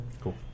Cool